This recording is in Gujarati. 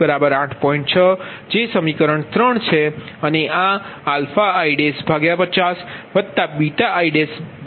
6 જે સમીકરણ છે અને આ i50i50i8તે સમીકરણ છે